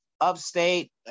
upstate